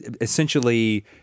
essentially